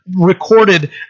recorded